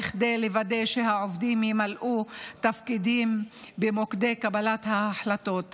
כדי לוודא שהעובדים ימלאו תפקידים במוקדי קבלת ההחלטות.